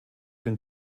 den